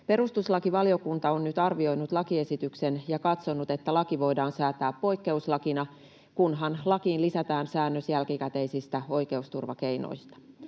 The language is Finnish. Perustuslakivaliokunta on nyt arvioinut lakiesityksen ja katsonut, että laki voidaan säätää poikkeuslakina, kunhan lakiin lisätään säännös jälkikäteisistä oikeusturvakeinoista.